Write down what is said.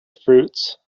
fruits